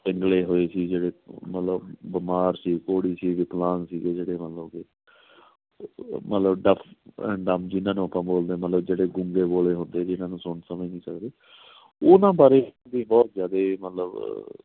ਪਿੰਗਲੇ ਹੋਏ ਸੀ ਜਿਹੜੇ ਮਤਲਬ ਬਿਮਾਰ ਸੀ ਕੋਹੜੀ ਸੀ ਵਿਕਲਾਂਗ ਸੀਗੇ ਜਿਹੜੇ ਮਤਲਬ ਕਿ ਮਤਲਬ ਡਫ ਐਂ ਡੰਬ ਜਿਨ੍ਹਾਂ ਨੂੰ ਆਪਾਂ ਬੋਲਦੇ ਮਤਲਬ ਜਿਹੜੇ ਗੂੰਗੇ ਬੋਲੇ ਹੁੰਦੇ ਜਿਨ੍ਹਾਂ ਨੂੰ ਸੁਣ ਸਮਝ ਨਹੀਂ ਸਕਦੇ ਉਹਨਾਂ ਬਾਰੇ ਵੀ ਬਹੁਤ ਜ਼ਿਆਦਾ ਮਤਲਬ